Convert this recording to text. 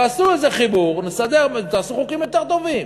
תעשו איזה חיבור, נסדר ותעשו חוקים יותר טובים.